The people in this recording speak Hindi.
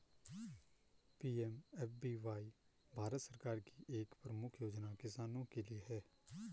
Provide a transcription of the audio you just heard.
पी.एम.एफ.बी.वाई भारत सरकार की एक प्रमुख योजना किसानों के लिए है